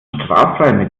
straffrei